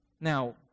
Now